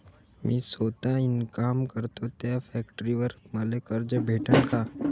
मी सौता इनकाम करतो थ्या फॅक्टरीवर मले कर्ज भेटन का?